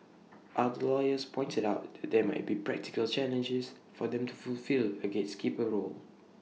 other lawyers pointed out that there might be practical challenges for them to fulfil A gatekeeper's role